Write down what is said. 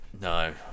no